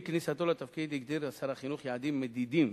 עם כניסתו לתפקיד הגדיר שר החינוך יעדים מדידים,